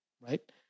right